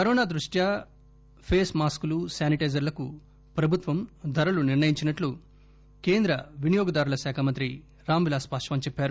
corona దృష్ట్యా face మాస్కులు sanitizer లకు ప్రభుత్వం ధరలు నిర్ణయించినట్లు కేంద్ర వినియోగదారుల శాఖ మంత్రి రామీ విలాస్ పాశ్వాస్ చెప్పారు